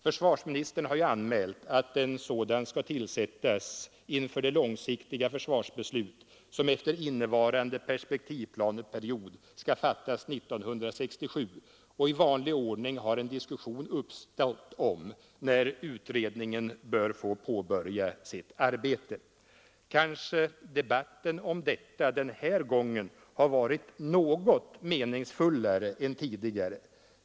Försvarsministern har ju anmält att en sådan utredning skall tillsättas inför det långsiktiga försvarsbeslut som efter innevarande perspektivplaneperiod skall fattas 1967, och i vanlig ordning har en diskussion uppstått om när utredningen bör få påbörja sitt arbete. Kanske debatten om detta den här gången har varit något meningsfullare än tidigare.